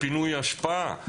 לפינוי אשפה,